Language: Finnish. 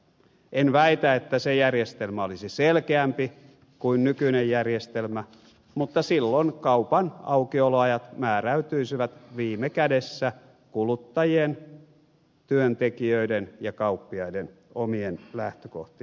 en väitä että se järjestelmä olisi selkeämpi kuin nykyinen järjestelmä mutta silloin kaupan aukioloajat määräytyisivät viime kädessä kuluttajien työntekijöiden ja kauppiaiden omien lähtökohtien perusteella